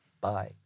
Bye